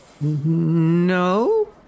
No